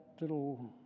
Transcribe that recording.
little